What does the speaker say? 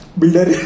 builder